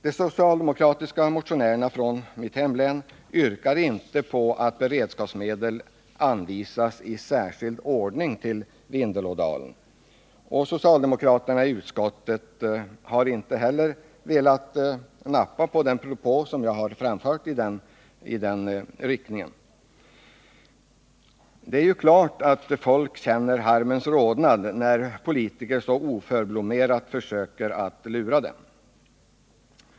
De socialdemokratiska motionärerna från mitt hemlän yrkar inte på att beredskapsmedel skall anvisas i särskild ordning till Vindelådalen, och socialdemokraterna i utskottet har inte heller velat nappa på propån i den riktningen som jag har framfört. Det är klart att människor känner harmens rodnad när politiker så oförblommerat försöker lura dem.